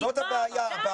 זאת הבעיה.